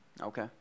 Okay